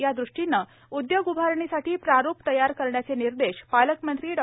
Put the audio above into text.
या ृष्टीने उद्योग उआरणीसाठी प्रारूप तयार करण्याचे निर्देश पालकमंत्री डॉ